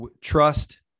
Trust